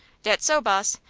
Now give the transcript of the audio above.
dat's so, boss.